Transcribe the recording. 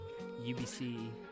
UBC